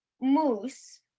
moose